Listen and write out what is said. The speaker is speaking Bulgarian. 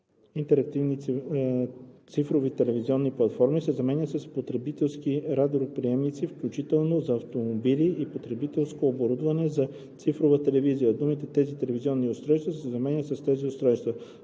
интерактивни цифрови телевизионни платформи“ се заменят с „потребителски радиоприемници, включително за автомобили и потребителско оборудване за цифрова телевизия“, а думите „тези телевизионни устройства“ се заменят с „тези устройства“.